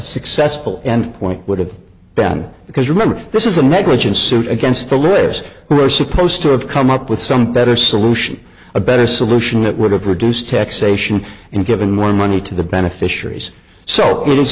successful end point would have been because remember this is a negligence suit against the lives we were supposed to have come up with some better solution a better solution that would have reduced taxation and given more money to the beneficiaries so it is